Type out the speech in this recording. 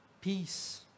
peace